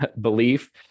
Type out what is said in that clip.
belief